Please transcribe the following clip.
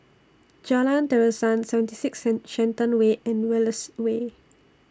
Jalan Terusan seventy six Shenton Way and Wallace Way